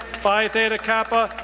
phi theta kappa,